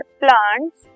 plants